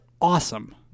awesome